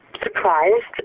surprised